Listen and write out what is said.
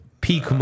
peak